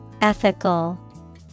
Ethical